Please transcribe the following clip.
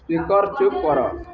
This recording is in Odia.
ସ୍ପିକର ଚୁପ କର